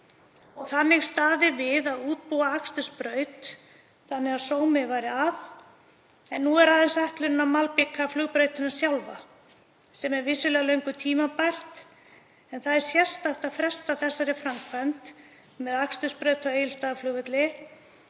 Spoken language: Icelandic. og þannig staðið við að útbúa akstursbraut þannig að sómi væri að. Nú er aðeins ætlunin að malbika flugbrautina sjálfa, sem er vissulega löngu tímabært, en það er sérstakt að fresta þessari framkvæmd með akstursbraut á Egilsstaðaflugvelli.